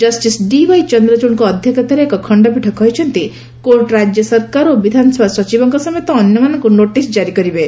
justice D Y ଚନ୍ଦ୍ରଚୂଡଙ୍କ ଅଧ୍ୟକ୍ଷତାରେ ଏକ ଖଶ୍ଚପୀଠ କହିଛନ୍ତି କୋର୍ଟ ରାଜ୍ୟ ସରକାର ଓ ବିଧାନସଭା ସଚିବଙ୍କ ସମେତ ଅନ୍ୟମାନଙ୍କୁ ନୋଟିସ୍ ଜାରି କରିବେ